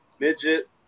Midget